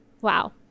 wow